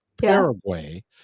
paraguay